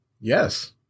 yes